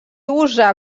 usa